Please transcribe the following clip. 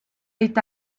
est